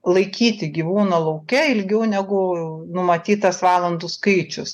laikyti gyvūną lauke ilgiau negu numatytas valandų skaičius